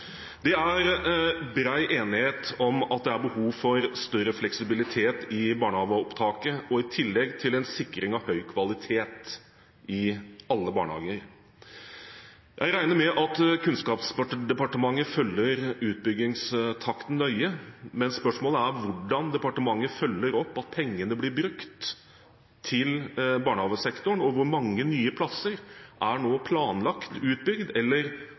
Det er bred enighet om at det er behov for større fleksibilitet i barnehageopptaket og i tillegg sikring av høy kvalitet i alle barnehager. Jeg regner med at Kunnskapsdepartementet følger utbyggingstakten nøye, men spørsmålet er: Hvordan følger departementet opp at pengene blir brukt til barnehagesektoren, og hvor mange nye plasser er nå planlagt utbygd, eller